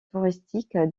touristique